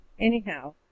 Anyhow